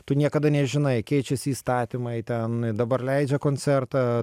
tu niekada nežinai keičiasi įstatymai ten dabar leidžia koncertą